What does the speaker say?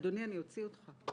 אדוני, אני אוציא אותך.